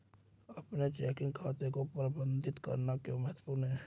अपने चेकिंग खाते को प्रबंधित करना क्यों महत्वपूर्ण है?